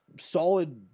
solid